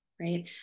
right